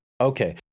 Okay